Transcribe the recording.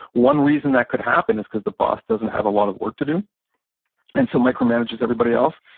one reason that could happen is cause the boss doesn't have a lot of work to do and so micromanages everybody else.